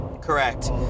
Correct